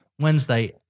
Wednesday